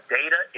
data